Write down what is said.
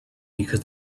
because